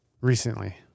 Recently